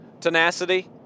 tenacity